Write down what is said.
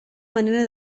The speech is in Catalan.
manera